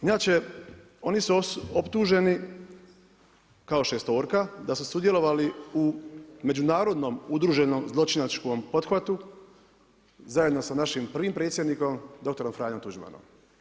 Inače one su optuženi kao šestorka da su sudjelovali u međunarodnom udruženom zločinačkom pothvatu, zajedno sa našim prvim predsjednikom doktorom Franjom Tuđmanom.